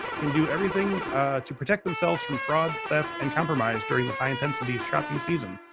can do everything to protect themselves from fraud, theft and compromise during this high-intensity shopping season.